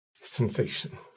sensation